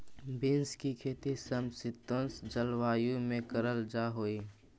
beans की खेती समशीतोष्ण जलवायु में करल जा हई